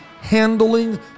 handling